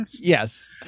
Yes